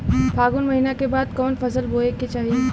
फागुन महीना के बाद कवन फसल बोए के चाही?